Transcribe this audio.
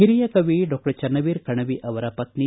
ಹಿರಿಯ ಕವಿ ಡಾಕ್ಷರ್ ಚನ್ನವೀರ ಕಣವಿ ಅವರ ಪತ್ನಿ